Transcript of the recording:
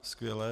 Skvělé.